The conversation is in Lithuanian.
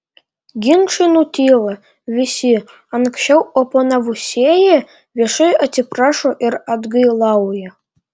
ginčai nutyla visi anksčiau oponavusieji viešai atsiprašo ir atgailauja